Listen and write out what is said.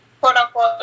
quote-unquote